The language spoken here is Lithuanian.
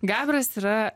gabras yra